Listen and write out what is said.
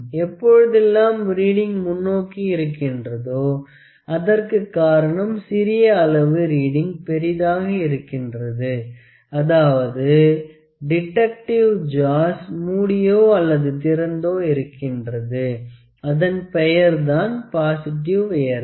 எப்பொழுதெல்லாம் ரீடிங் முன்னோக்கி இருக்கின்றதோ அதற்குக் காரணம் சிறிய அளவு ரீடிங் பெரிதாக இருக்கின்றது அதாவது டிடெக்டிவ் ஜாவ்ஸ் மூடியோ அல்லது திறந்தோ இருக்கிறது அதன் பெயர்தான் பாசிட்டிவ் எற்றர்